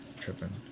Tripping